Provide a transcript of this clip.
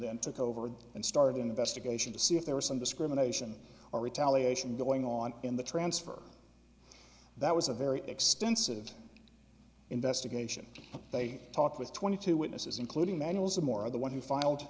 then took over and started an investigation to see if there was some discrimination or retaliation going on in the transfer that was a very extensive investigation and they talked with twenty two witnesses including manuals of more of the one who filed